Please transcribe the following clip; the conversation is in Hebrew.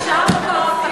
יישר כוח.